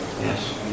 Yes